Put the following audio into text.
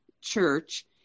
church